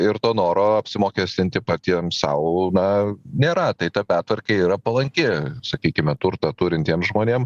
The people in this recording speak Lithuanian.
ir to noro apsimokestinti patiem sau na nėra tai ta pertvarka yra palanki sakykime turtą turintiem žmonėm